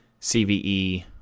CVE